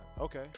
okay